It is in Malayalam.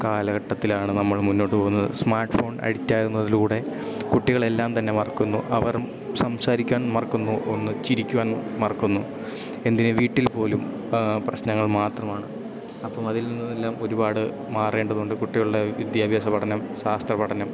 കാലഘട്ടത്തിലാണ് നമ്മൾ മുന്നോട്ടു പോകുന്നത് സ്മാർട്ട് ഫോൺ അഡിക്റ്റാകുന്നതിലൂടെ കുട്ടികളെല്ലാം തന്നെ മറക്കുന്നു അവർ സംസാരിക്കാൻ മറക്കുന്നു ഒന്നു ചിരിക്കുവാൻ മറക്കുന്നു എന്തിന് വീട്ടിൽ പോലും പ്രശ്നങ്ങൾ മാത്രമാണ് അപ്പം അതിൽ നിന്നെല്ലാം ഒരുപാട് മാറേണ്ടതുണ്ട് കുട്ടികളുടെ വിദ്യാഭ്യാസ പഠനം ശാസ്ത്ര പഠനം